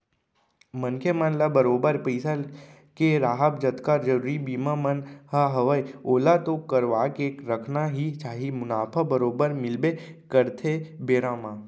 मनखे मन ल बरोबर पइसा के राहब जतका जरुरी बीमा मन ह हवय ओला तो करवाके रखना ही चाही मुनाफा बरोबर मिलबे करथे बेरा म